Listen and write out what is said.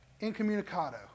incommunicado